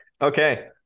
Okay